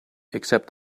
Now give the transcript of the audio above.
except